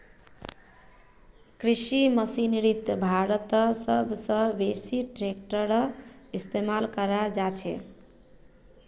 कृषि मशीनरीत भारतत सब स बेसी ट्रेक्टरेर इस्तेमाल कराल जाछेक